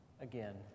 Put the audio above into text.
again